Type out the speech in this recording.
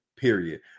Period